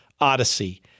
odyssey